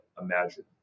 imagine